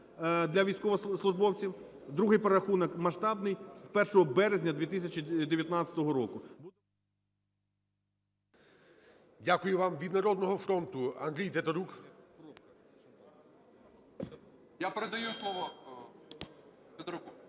Дякую вам. Від "Народного фронту"